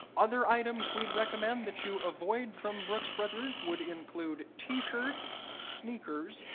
other items we'd recommend that you avoid from brooks brothers would include t-shirts, sneakers,